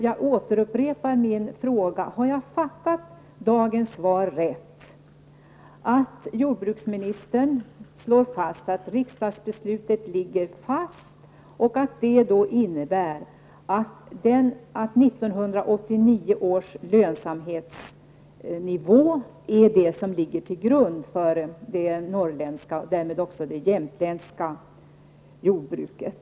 Jag upprepar min fråga: Har jag fattat dagens svar rätt när jag säger att jordbruksministern där slår fast att riksdagsbeslutet ligger fast och att det innebär att 1989 års lönsamhetsnivå skall ligga till grund för det norrländska och därmed också det jämtländska jordbruket?